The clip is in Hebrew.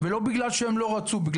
לא בגלל שהם לא רצו לעשות את זה,